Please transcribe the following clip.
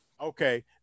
okay